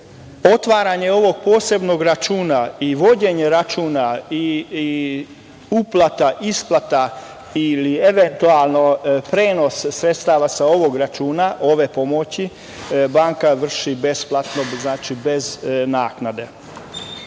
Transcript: Otvaranje ovog posebnog računa, vođenje računa, uplata, isplata ili eventualno prenos sredstava sa ovog računa ove pomoći banka vrši besplatno, znači bez naknade. Prijava